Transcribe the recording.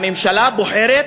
הממשלה בוחרת